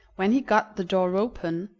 when he got the door open,